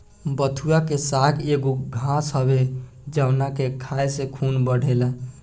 बथुआ के साग एगो घास हवे जावना के खाए से खून बढ़ेला